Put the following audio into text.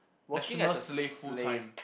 national slave full time